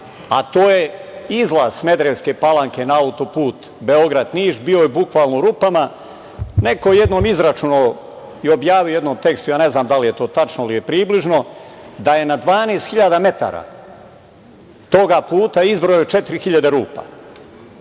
a to je izlaz Smederevske Palanke na auto-put Beograd – Niš, bio je bukvalno u rupama. Neko je jednom izračunao i objavio u jednom tekstu, ja ne znam da li je to tačno, ali je približno, da je na 12.000 metara toga puta izbrojao četiri